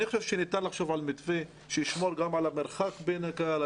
אני חושב שניתן לחשוב על מתווה שישמור על מרחק בין הקהל.